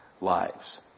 lives